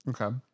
Okay